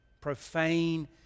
Profane